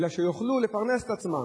אלא שיוכלו לפרנס את עצמן.